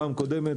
הקודמת,